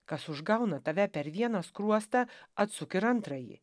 kas užgauna tave per vieną skruostą atsuk ir antrąjį